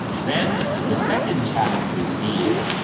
then, the the second challenge we see is,